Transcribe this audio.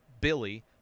Billy